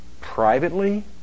privately